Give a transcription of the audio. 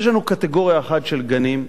יש לנו קטגוריה אחת של גנים,